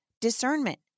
Discernment